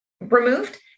removed